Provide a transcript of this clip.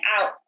out